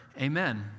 Amen